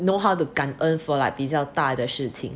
know how to 感恩 for like 比较大的事情